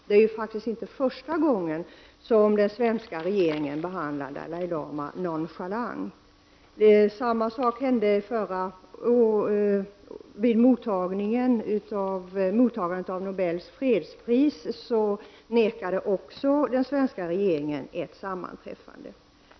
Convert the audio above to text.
Det är faktiskt inte första gången som den svenska regeringen behandlar Dalai Lama nonchalant. Samma sak hände i samband med mottagandet av Nobels fredspris. Även då nekade den svenska regeringen till ett sammanträffande.